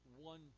one